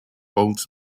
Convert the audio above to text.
holds